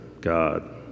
god